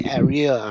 area